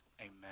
amen